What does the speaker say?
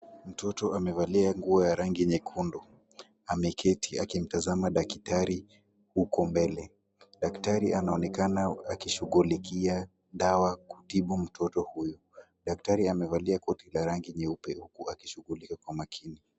Mtoto amevalia nguo ya rangi nyekundu. Ameketi akimtazama daktari huko mbele. Daktari anaonekana akishughulikia dawa kutibu mtoto huyu. Daktari amevalia koti la rangi nyeupe huku akishughulika kwa makini.